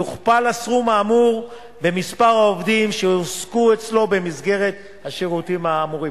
יוכפל הסכום האמור במספר העובדים שהועסקו אצלו במסגרת השירותים האמורים.